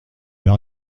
deux